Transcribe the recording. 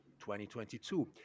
2022